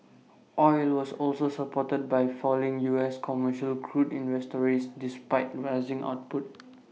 oil was also supported by falling us commercial crude inventories despite rising output